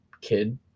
kid